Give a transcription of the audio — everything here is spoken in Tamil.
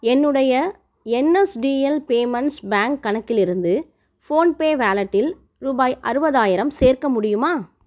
என்னுடைய என்எஸ்டிஎல் பேமெண்ட்ஸ் பேங்க் கணக்கிலிருந்து ஃபோன்பே வாலெட்டில் ரூபாய் அறுபதாயிரம் சேர்க்க முடியுமா